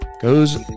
Goes